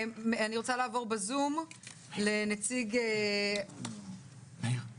אני רוצה לעבור לזום למר משה רוטמן,